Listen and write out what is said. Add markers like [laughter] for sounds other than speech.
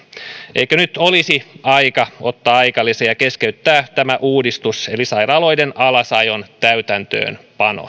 eikö nyt olisi aika ottaa aikalisä ja keskeyttää tämä uudistus eli sairaaloiden alasajon täytäntöönpano [unintelligible]